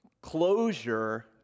closure